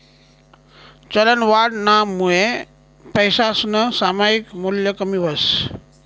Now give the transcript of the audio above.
चलनवाढनामुये पैसासनं सामायिक मूल्य कमी व्हस